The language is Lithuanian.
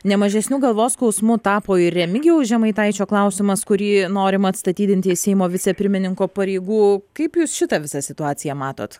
ne mažesniu galvos skausmu tapo ir remigijaus žemaitaičio klausimas kurį norima atstatydinti iš seimo vicepirmininko pareigų kaip jūs šitą visą situaciją matot